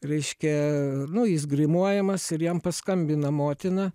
reiškia nu jis grimuojamas ir jam paskambina motina